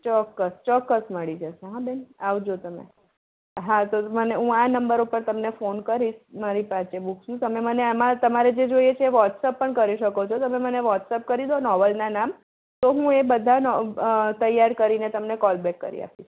ચોક્કસ ચોક્કસ મળી જશે હા બેન આવજો તમે હા તો મને હું આ નંબર ઉપર તમને ફોન કરીશ મારી પાસે બૂક્સ હું તમે મને આમાં તમારે જે જોઈએ છે એ વોટ્સએપ પણ કરી શકો છો તમે મને વોટ્સએપ કરી દો નોવેલના નામ તો હું બધા તૈયાર કરીને તમને કોલબેક કરી આપીશ